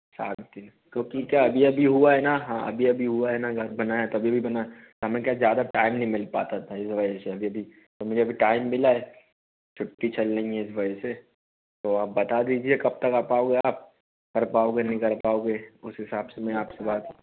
सात दिन क्योंकि क्या अभी अभी हुआ है ना हाँ अभी अभी हुआ है ना घर बनाया तो अभी अभी बना हमें क्या ज़्यादा टाइम नहीं मिल पाता था इस वजह से अभी भी तो मुझे अभी टाइम मिला है छुट्टी चल रही है इस वजह से तो आप बता दीजिए कब तक आ पाओगे आप कर पाओगे नहीं कर पाओगे उस हिसाब से मैं आपसे बात